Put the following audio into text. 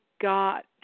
got